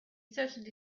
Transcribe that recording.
certainly